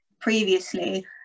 previously